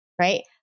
right